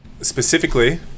specifically